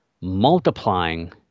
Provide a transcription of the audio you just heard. multiplying